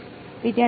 વિદ્યાર્થી